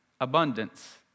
abundance